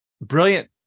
brilliant